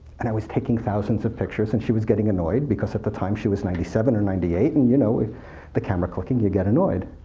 and i was taking thousands of pictures, and she was getting annoyed, because at the time, she was ninety seven or ninety eight, and you know the camera clicking, you get annoyed.